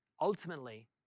ultimately